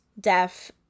deaf